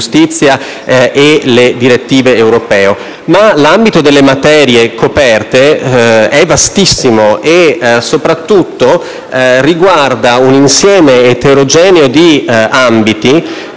e le direttive europee. Ma l'ambito delle materie coperte è vastissimo e soprattutto riguarda un insieme eterogeneo di materie,